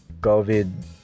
COVID